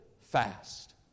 fast